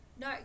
No